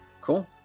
Cool